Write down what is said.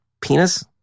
penis